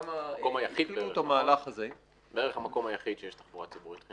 בערך המקום היחיד שיש תחבורה ציבורית.